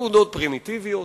תעודות פרימיטיביות.